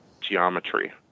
geometry